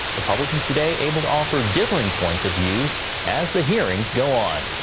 republicans today able to offer differing points of views as the hearings go on.